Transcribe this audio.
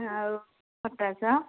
ଆଉ ପଟାଶ